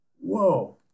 whoa